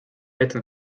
jätnud